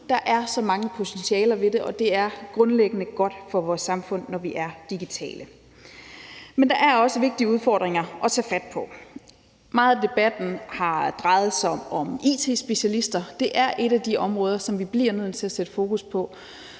der er så mange potentialer i det, og det er grundlæggende godt for vores samfund, når vi er digitale, men der er også vigtige udfordringer at tage fat på. Meget af debatten har drejet sig om it-specialister, og det er et af de områder, som vi bliver nødt til at sætte fokus på,